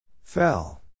Fell